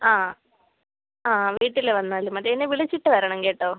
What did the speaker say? ആ ആ വീട്ടില് വന്നാലും മതി എന്നെ വിളിച്ചിട്ട് വരണം കേട്ടോ